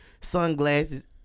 sunglasses